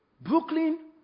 Brooklyn